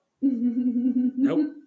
Nope